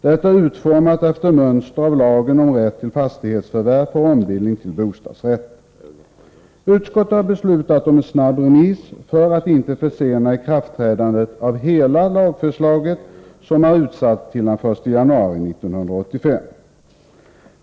Det är utformat efter mönster från lagen om rätt till fastighetsförvärv för ombildning till bostadsrätt. Utskottet har beslutat om en snabb remiss för att ikraftträdandet av hela lagförslaget, som är utsatt till den 1 januari 1985, inte skall försenas.